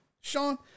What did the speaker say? Sean